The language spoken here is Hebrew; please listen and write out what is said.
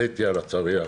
עליתי על הצריח.